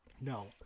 no